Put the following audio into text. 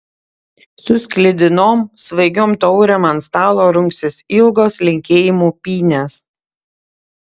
su sklidinom svaigiom taurėm ant stalo rungsis ilgos linkėjimų pynės